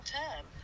term